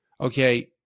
okay